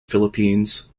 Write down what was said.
philippines